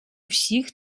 всіх